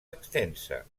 extensa